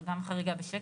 גם חריגה בשקל?